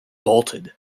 bolted